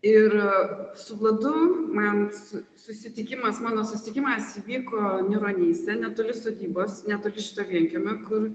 ir su vladu man su susitikimas mano susitikimas įvyko niūronyse netoli sodybos netoli šito vienkiemio kur